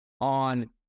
on